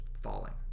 falling